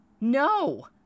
No